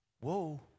Whoa